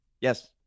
Yes